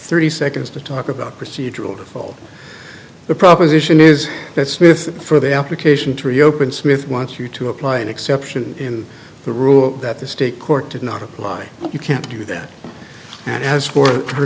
thirty seconds to talk about procedural default the proposition is that smith for the application to reopen smith wants you to apply an exception in the rule that the state court did not apply but you can't do that and as for her